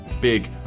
big